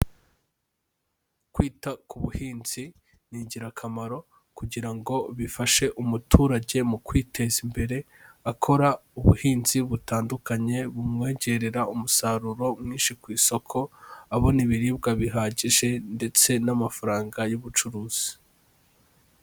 Kwita ku buhinzi ni ingirakamaro kugira ngo bifashe umuturage mu kwiteza imbere, akora ubuhinzi butandukanye bumwongerera umusaruro mwinshi ku isoko, abona ibiribwa bihagije ndetse n'amafaranga y'ubucuruzi.